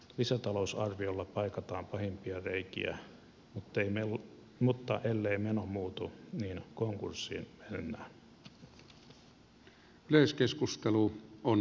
lisätalousarviolla paikataan pahimpia reikiä mutta ellei meno muutu niin konkurssiin mennään